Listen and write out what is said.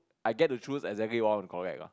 I get to choose exactly what I want to collect ah